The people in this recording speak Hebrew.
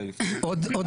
שהיה